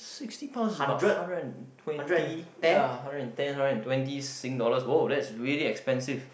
sixty pounds is about hundred and twenty ya hundred and ten hundred and twenty Sing dollars wow that's really expensive